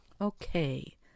Okay